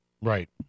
Right